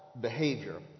behavior